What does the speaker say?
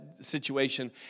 situation